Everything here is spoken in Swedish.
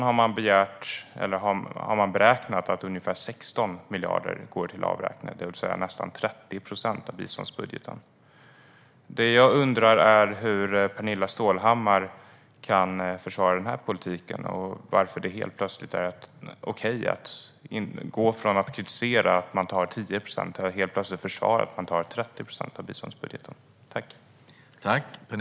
För 2016 har man beräknat att ungefär 16 miljarder går till avräkningar, det vill säga nästan 30 procent av biståndsbudgeten. Det jag undrar är hur Pernilla Stålhammar kan försvara den här politiken. Varför är det helt plötsligt okej att gå från att kritisera att man tar 10 procent till att helt plötsligt försvara att man tar 30 procent från biståndsbudgeten?